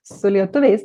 su lietuviais